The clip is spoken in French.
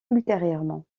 ultérieurement